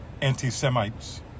anti-Semites